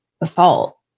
assault